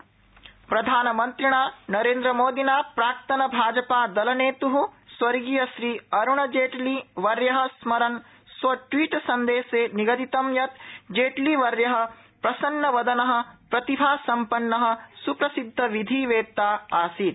जेटले जयन्ती मोदीशाहौ प्रधानमन्त्रिणा नरेन्द्रमोदिना प्राक्तन भाजपा दलनेतुः स्वर्गीय श्री अरुणजेटली वर्य स्मरन् स्वट्वीटसन्देशे निगदितं यत् श्रीजेटलीवर्य प्रसन्नवदन प्रतिभासम्पन्न सुप्रसिद्धविधिवेत्ता आसीत्